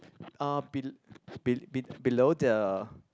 uh be be below the